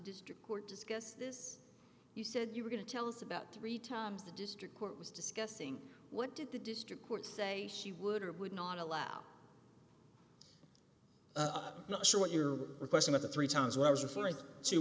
district court discuss this you said you were going to tell us about three times the district court was discussing what did the district court say she would or would not allow up not sure what you're requesting of the three times what i was referring to